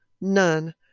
none